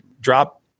drop